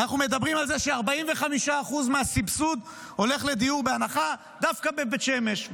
אנחנו מדברים על זה ש-45% מהסבסוד הולך לדיור בהנחה דווקא בבית שמש,